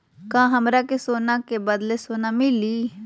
का हमरा के सोना के बदले लोन मिलि?